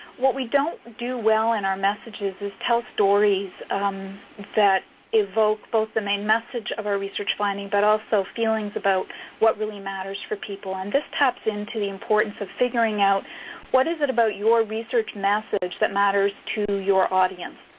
what we don't do well in our messages is tell stories that evoke both the main message of our research founding, but also feelings about what really matters for people. and this taps into the importance of figuring out what is it about your research message that matters to your audience.